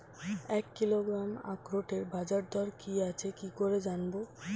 এক কিলোগ্রাম আখরোটের বাজারদর কি আছে কি করে জানবো?